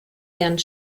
bernd